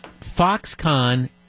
Foxconn